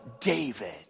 David